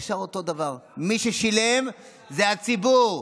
הן נשארו אותו דבר, מי ששילם זה הציבור.